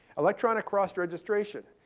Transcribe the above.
electronic cross registration.